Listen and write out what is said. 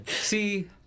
See